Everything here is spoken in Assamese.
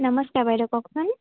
নমস্কাৰ বাইদেউ কওকচোন